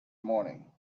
morning